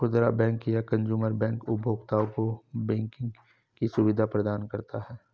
खुदरा बैंक या consumer bank उपभोक्ताओं को बैंकिंग की सुविधा प्रदान करता है